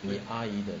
你阿姨的